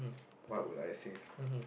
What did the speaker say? what would I save